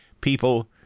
people